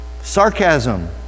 Sarcasm